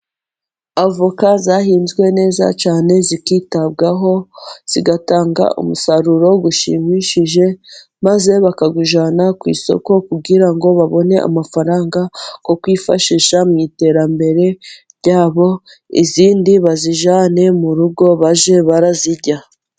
Avoka zahinzwe neza cyane zikitabwaho zigatanga umusaruro ushimishije, maze bakawujyana ku isoko kugira ngo babone amafaranga yo kwifashisha mu iterambere ryabo, izindi bazijyane mu rugo bajye barazirya.